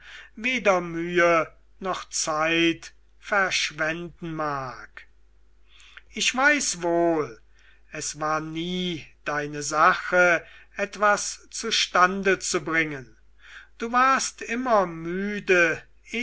weder mühe noch zeit verschwenden mag ich weiß wohl es war nie deine sache etwas zustande zu bringen du warst immer müde